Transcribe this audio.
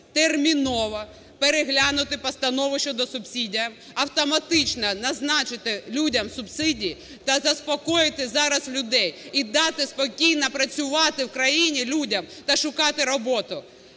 терміново переглянути постанову щодо субсидій, автоматично назначити людям субсидії та заспокоїти зараз людей і дати спокійно працювати в країні людям та шукати роботу.